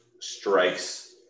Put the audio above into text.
strikes